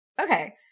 Okay